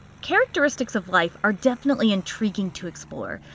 characteristics of life are definitely intriguing to explore.